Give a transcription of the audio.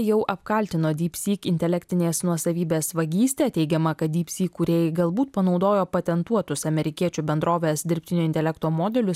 jau apkaltino dypsyk intelektinės nuosavybės vagyste teigiama kad dypsyk kūrėjai galbūt panaudojo patentuotus amerikiečių bendrovės dirbtinio intelekto modelius